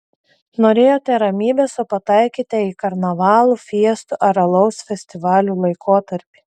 norėjote ramybės o pataikėte į karnavalų fiestų ar alaus festivalių laikotarpį